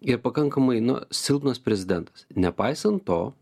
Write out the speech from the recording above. ir pakankamai na silpnas prezidentas nepaisant to